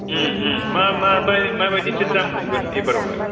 मा मा माबायदिथो दाम हमगोन ओइबारावलाय